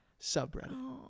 subreddit